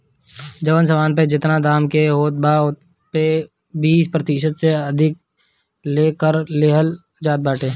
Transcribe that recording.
जवन सामान पअ जेतना दाम के होत बा ओपे बीस प्रतिशत से अधिका ले कर लेहल जात बाटे